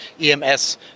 EMS